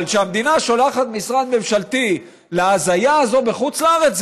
אבל שהמדינה שולחת משרד ממשלתי להזיה הזאת בחוץ-לארץ,